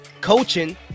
coaching